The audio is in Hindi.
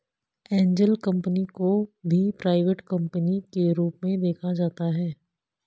एंजल कम्पनी को भी प्राइवेट कम्पनी के रूप में देखा जाता है